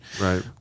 Right